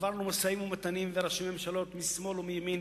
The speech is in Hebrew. עברנו משאים-ומתנים וראשי ממשלות משמאל ומימין,